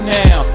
now